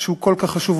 שהוא כל כך חשוב,